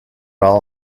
all